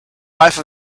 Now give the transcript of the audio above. life